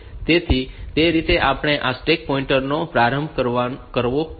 તેથી તે રીતે આપણે આ સ્ટેક પોઇન્ટર નો પ્રારંભ કરવો જોઈએ